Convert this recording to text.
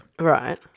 Right